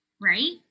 right